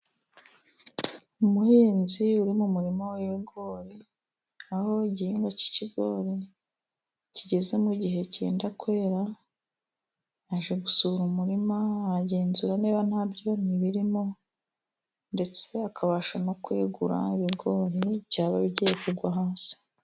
Umuhinzi uri mu murima w'ibigori, aho igihingwa cy'ikigori kigeze mu gihe cyenda kwera. Aje gusura umurima, aragenzura niba nta byonnyi birimo, ndetse akabasha no kwegura ibigoni byaba bigiye kugwa hasi.